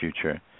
future